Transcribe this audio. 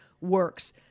works